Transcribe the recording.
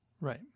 right